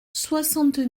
soixante